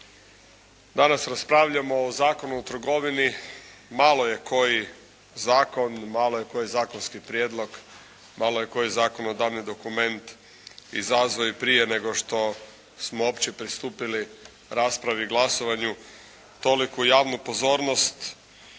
Danas raspravljamo o Zakonu o trgovini. Malo je koji zakon, malo je koji zakonski prijedlog, malo je koji zakonodavni dokument izazvao i prije nego što smo uopće pristupili raspravi glasovanju toliku javnu pozornost.